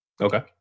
Okay